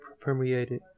permeated